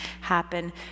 happen